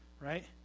right